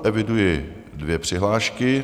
Eviduji dvě přihlášky.